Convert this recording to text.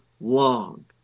long